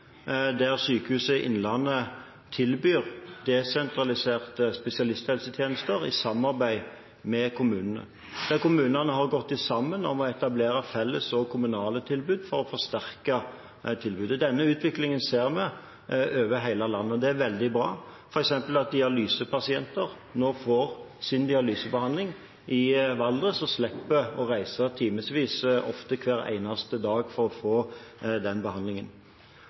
der Sykehuset Innlandet tilbyr desentraliserte spesialisthelsetjenester i samarbeid med kommunene, der kommunene har gått sammen om å etablere felles kommunale tilbud for å forsterke tilbudet. Denne utviklingen ser vi over hele landet, og det er veldig bra – f.eks. at dialysepasienter nå får sin dialysebehandling i Valdres og slipper å reise i timevis, ofte hver eneste dag, for å få den behandlingen.